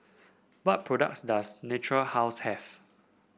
what products does Natura House have